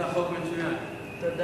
(הנפקת פנקסי שיקים המסורטטים למוטב